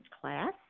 class